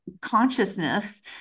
consciousness